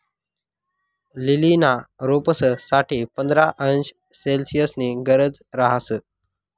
लीलीना रोपंस साठे पंधरा अंश सेल्सिअसनी गरज रहास